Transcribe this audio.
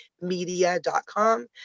media.com